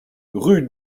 rue